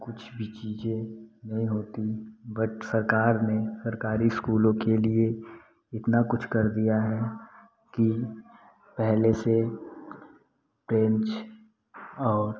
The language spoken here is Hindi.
कुछ भी चीज़ें नहीं होती बट सरकार ने सरकारी इस्कूलों के लिए इतना कुछ कर दिया है कि पहले से बेंच और